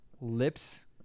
Lips